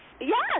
Yes